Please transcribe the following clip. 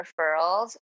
referrals